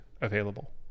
available